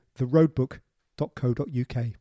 theroadbook.co.uk